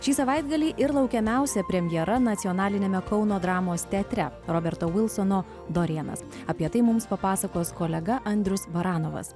šį savaitgalį ir laukiamiausia premjera nacionaliniame kauno dramos teatre roberto vilsono dorienas apie tai mums papasakos kolega andrius baranovas